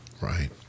Right